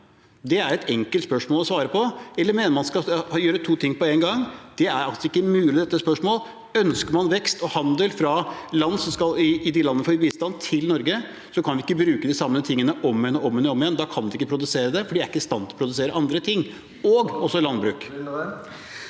Det er et enkelt spørsmål å svare på. Eller mener man at man skal gjøre to ting på én gang? Det er altså ikke mulig i dette spørsmålet. Ønsker man vekst og handel i de landene som får bistand, til Norge, så kan vi ikke bruke de samme tingene om igjen og om igjen. Da kan de ikke produsere det, for de er ikke i stand til å produsere andre ting. Statsråd